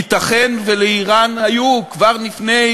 ייתכן שלאיראן היו כבר לפני